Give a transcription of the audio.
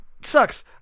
sucks